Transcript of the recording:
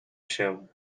się